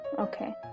okay